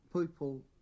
people